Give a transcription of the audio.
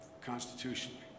constitutionally